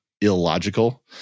illogical